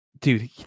dude